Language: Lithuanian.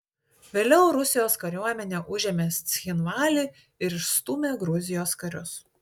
vėliau rusijos kariuomenė užėmė cchinvalį ir išstūmė gruzijos karius